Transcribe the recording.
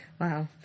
wow